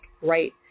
right